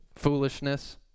foolishness